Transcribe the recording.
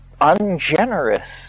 ungenerous